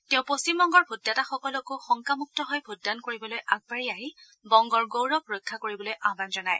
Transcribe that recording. তেওঁ পশ্চিমবংগৰ ভোটদাতাসকলকো শংকামুক্ত হৈ ভোটদান কৰিবলৈ আগবাঢ়ি আহি বংগৰ গৌৰৱ ৰক্ষা কৰিবলৈ আয়ান জনায়